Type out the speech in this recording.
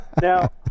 Now